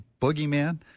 boogeyman